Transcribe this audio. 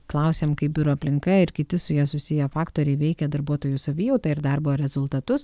klausėm kaip biuro aplinka ir kiti su ja susiję faktoriai veikia darbuotojų savijautą ir darbo rezultatus